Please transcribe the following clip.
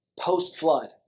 post-flood